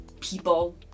people